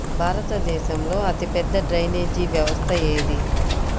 భారతదేశంలో అతిపెద్ద డ్రైనేజీ వ్యవస్థ ఏది?